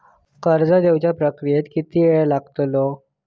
कर्ज देवच्या प्रक्रियेत किती येळ लागतलो?